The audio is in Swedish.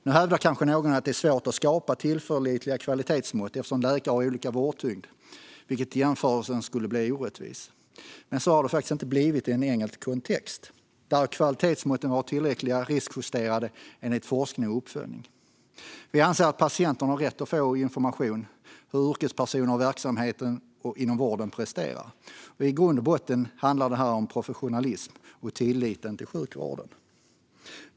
Här hävdar kanske någon att det är svårt att skapa tillförlitliga kvalitetsmått, eftersom läkare har olika vårdtyngd vilket skulle göra jämförelsen orättvis. Men så har det faktiskt inte blivit i en engelsk kontext, där kvalitetsmåtten varit tillräckliga och riskjusterade enligt forskning och uppföljning. Vi anser att patienten har rätt att få information om hur yrkespersoner i verksamheten och inom vården presterar. I grund och botten handlar det om professionalism och tilliten till sjukvården.